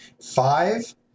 five